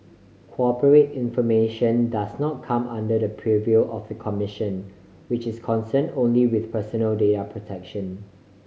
corporate information does not come under the purview of the commission which is concern only with personal data protection